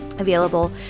Available